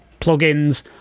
plugins